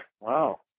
wow